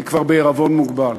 היא כבר בעירבון מוגבל,